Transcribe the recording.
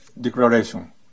Declaration